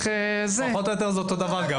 זה פחות או יותר אותו דבר.